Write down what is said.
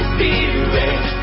Spirit